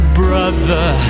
brother